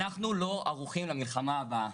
אנחנו לא ערוכים למלחמה הבאה,